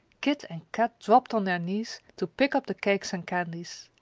kit and kat dropped on their knees to pick up the cakes and candies.